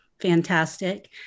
fantastic